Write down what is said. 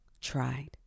tried